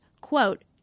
quote